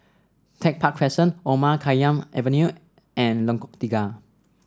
Tech Park Crescent Omar Khayyam Avenue and Lengkok Tiga